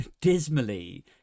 dismally